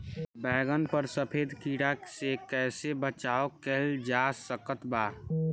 बैगन पर सफेद कीड़ा से कैसे बचाव कैल जा सकत बा?